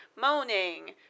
moaning